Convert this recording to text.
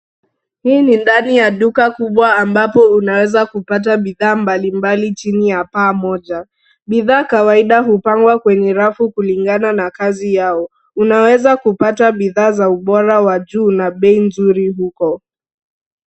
Hii ni ndani ya duka kubwa ambapo unaweza kupata bidhaa mbalimbali chini ya paa moja. Bidhaa kawaida hupangwa kwenye rafu kulingana na kazi yao. Unaweza kupata bidhaa za ubora wa juu na bei nzuri huko.